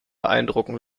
beeindrucken